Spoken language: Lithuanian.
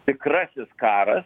tikrasis karas